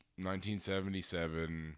1977